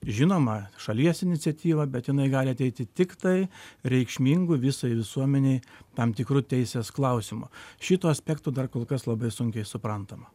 žinoma šalies iniciatyva bet jinai gali ateiti tiktai reikšmingu visai visuomenei tam tikru teisės klausimu šituo aspektu dar kol kas labai sunkiai suprantama